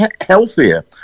healthier